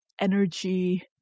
energy